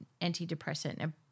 antidepressant